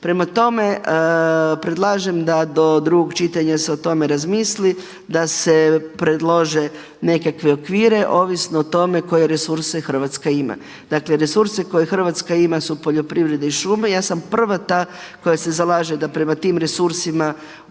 Prema tome, predlažem da do drugog čitanja se o tome razmisli, da se predlože nekakve okvire ovisno o tome koje resurse Hrvatska ima. Dakle resurse koje Hrvatska ima su poljoprivreda i šume i ja sam prva ta koja se zalaže da prema tim resursima i